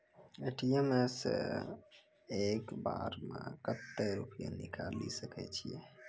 ATM सऽ एक बार म कत्तेक रुपिया निकालि सकै छियै?